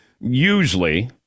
usually